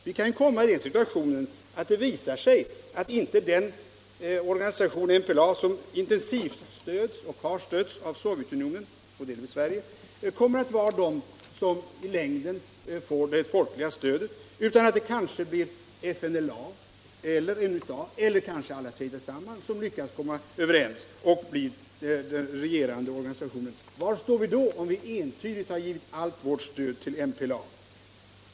Det kan också komma att visa sig att det inte blir den organisation, MPLA, som intensivt stöds och har stötts av Sovjetunionen och delvis av Sverige som i längden får det folkliga stödet och därmed regeringsmakten, utan att det blir FNLA eller UNITA eller kanske alla tre tillsammans, som lyckas komma överens. Var står vi då, om vi entydigt har givit allt vårt stöd till MPLA?